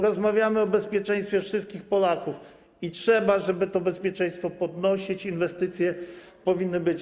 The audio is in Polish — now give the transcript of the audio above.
Rozmawiamy o bezpieczeństwie wszystkich Polaków i trzeba to bezpieczeństwo podnosić, inwestycje powinny być.